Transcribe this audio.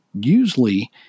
usually